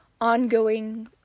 ongoing